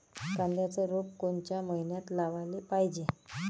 कांद्याचं रोप कोनच्या मइन्यात लावाले पायजे?